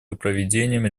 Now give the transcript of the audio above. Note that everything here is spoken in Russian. проведением